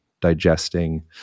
digesting